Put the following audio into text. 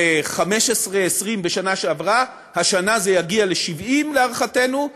ל-15 20 בשנה שעברה, השנה זה יגיע ל-70, להערכתנו,